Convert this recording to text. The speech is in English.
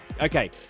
Okay